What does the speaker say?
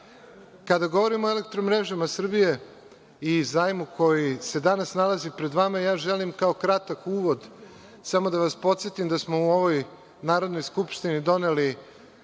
govorimo o „Eelektromrežama Srbije“ i zajmu koji se danas nalazi pred vama, želim kao kratak uvod samo da vas podsetim da smo u ovoj Narodnoj skupštini doneli